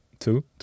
two